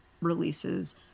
releases